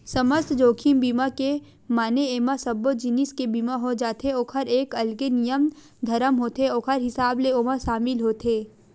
समस्त जोखिम बीमा के माने एमा सब्बो जिनिस के बीमा हो जाथे ओखर एक अलगे नियम धरम होथे ओखर हिसाब ले ओमा सामिल होथे